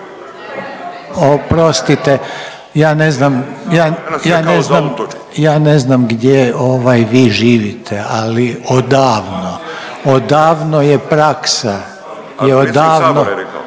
oprostite, ja ne znam, ja ne znam gdje ovaj vi živite, ali odavno, odavno je praksa, odavno